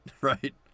right